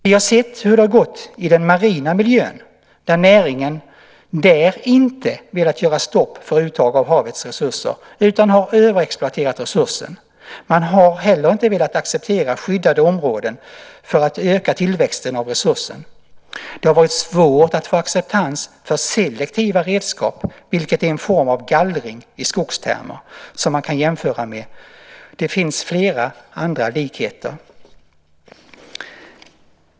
Vi har sett hur det har gått i den marina miljön, där näringen inte velat göra stopp för uttag av havets resurser utan har överexploaterat resursen. Man har heller inte velat acceptera skyddade områden för att öka tillväxten av resursen. Det har varit svårt att få acceptans för selektiva redskap, vilket i skogstermer är en form av gallring som man kan jämföra med. Det finns flera andra likheter.